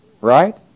Right